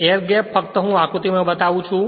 air gap ફક્ત હું આકૃતિમાં બતાવું છું